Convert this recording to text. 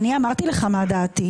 אני אמרתי לך מה דעתי.